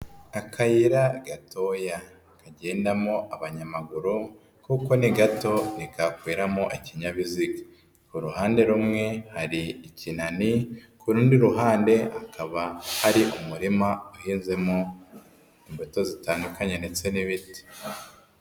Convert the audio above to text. Akayira gatoya kagendamo abanyamaguru kuko ni gato ntikakwiramo ikinyabiziga, ku ruhande rumwe hari ikinani, ku rundi ruhande hakaba hari umurima uhinzemo imbuto zitandukanye ndetse n'ibiti.